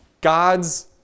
God's